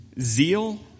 Zeal